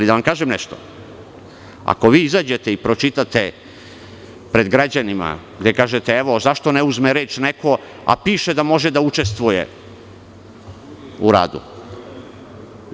Da vam kažem nešto, ako vi izađete i pročitate pred građanima gde kažete – evo, zašto ne uzme reč neko, a piše da može da učestvuje u radu.